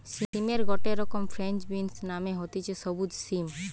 সিমের গটে রকম ফ্রেঞ্চ বিনস মানে হতিছে সবুজ সিম